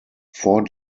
four